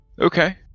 Okay